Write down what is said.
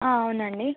అవునండి